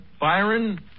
Byron